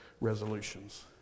resolutions